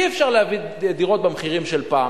אי-אפשר להביא דירות במחירים של פעם.